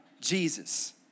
Jesus